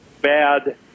bad